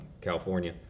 California